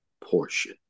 portion